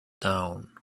down